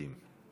מדהים.